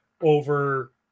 over